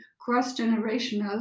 cross-generational